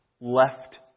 left